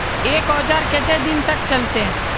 एक औजार केते दिन तक चलते?